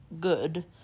good